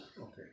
okay